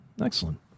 Excellent